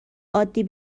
عادی